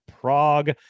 prague